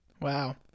Wow